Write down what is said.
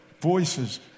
voices